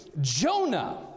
Jonah